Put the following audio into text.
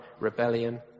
rebellion